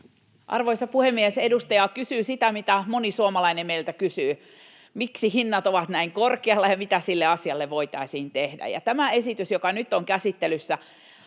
Arvoisa puhemies! Edustaja kysyy sitä, mitä moni suomalainen meiltä kysyy: miksi hinnat ovat näin korkealla ja mitä sille asialle voitaisiin tehdä. Tämä esitys, joka nyt on käsittelyssä,